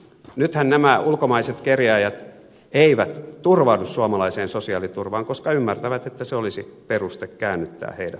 nythän nämä ulkomaiset kerjääjät eivät turvaudu suomalaiseen sosiaaliturvaan koska ymmärtävät että se olisi peruste käännyttää heidät maasta